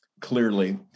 clearly